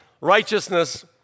Righteousness